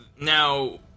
Now